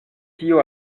tio